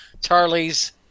Charlie's